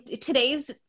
today's